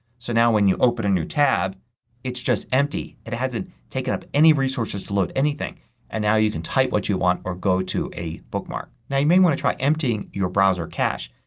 so now when you open a new tab it's just empty. it hasn't taken up any resources to load anything. and now you can type what you want or go to a bookmark. now you may want to try emptying your browser cache.